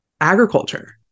agriculture